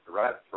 right